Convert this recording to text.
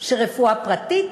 שרפואה פרטית